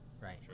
Right